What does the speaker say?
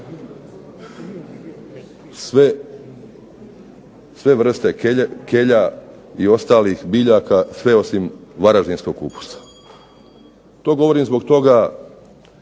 sve vrste kelja i ostalih biljaka sve osim varaždinskog kupusa. To govorim zbog toga